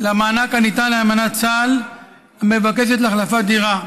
למענק הניתן לאלמנת צה"ל המבקשת החלפת דירה.